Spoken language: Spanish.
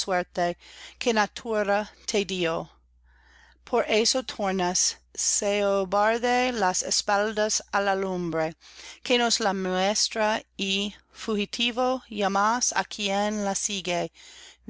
tornas obarde las espaldas á la lumbre que nos la muestra y fugitivo llamas i quien la sigue